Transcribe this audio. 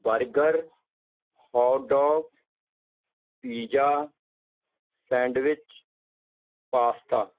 burger hot dog pizza sandwich pasta